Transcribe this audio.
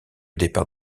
départ